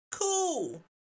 cool